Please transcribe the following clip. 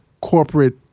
corporate